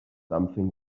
something